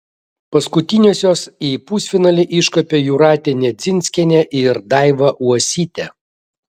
paskutiniosios į pusfinalį iškopė jūratė nedzinskienė ir daiva uosytė